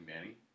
Manny